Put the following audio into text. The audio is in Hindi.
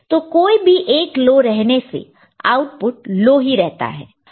तो कोई भी एक लो रहने से आउटपुट लो ही रहता है